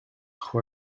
who